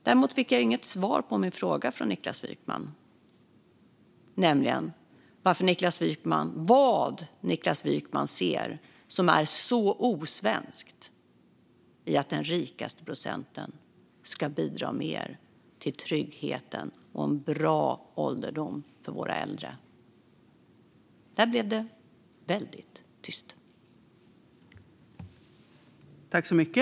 Däremot fick jag inget svar från Niklas Wykman på min fråga, nämligen vad han ser som är så osvenskt i att den rikaste procenten ska bidra mer till tryggheten och en bra ålderdom för våra äldre. Där blev det väldigt tyst.